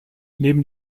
neben